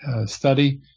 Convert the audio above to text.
study